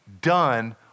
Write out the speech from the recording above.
done